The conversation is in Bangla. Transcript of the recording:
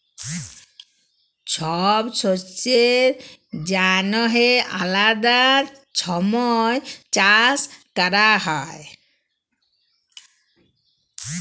ছব শস্যের জ্যনহে আলেদা ছময় চাষ ক্যরা হ্যয়